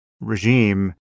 regime